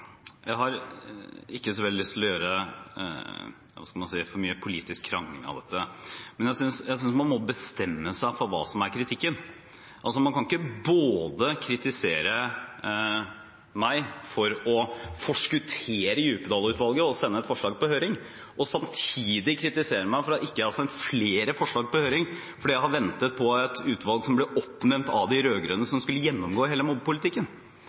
Jeg har ikke så veldig lyst til å lage for mye politisk krangel av dette. Men jeg synes man må bestemme seg for hva kritikken går ut på. Man kan ikke både kritisere meg for å forskuttere Djupedal-utvalget og sende et forslag på høring og samtidig kritisere meg for at jeg ikke har sendt flere forslag på høring fordi jeg har ventet på et utvalg som ble oppnevnt av de rød-grønne, og som skulle gjennomgå hele